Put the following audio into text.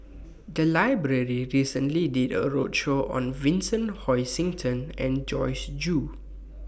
The Library recently did A roadshow on Vincent Hoisington and Joyce Jue